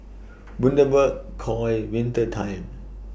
Bundaberg Koi Winter Time